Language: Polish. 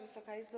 Wysoka Izbo!